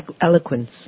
eloquence